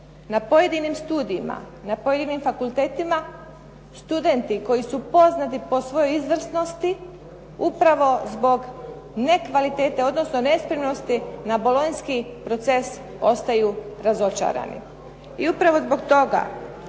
na pojedinim studijima, na pojedinim fakultetima studenti koji su poznati po svojoj izvrsnosti upravo zbog nekvalitete odnosno nespremnosti na Bolonjski proces ostaju razočarani. I upravo zbog toga